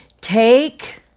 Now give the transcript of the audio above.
Take